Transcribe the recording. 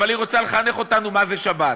אבל היא רוצה לחנך אותנו מה זה שבת.